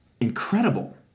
incredible